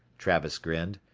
travis grinned.